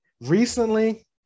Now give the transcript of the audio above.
recently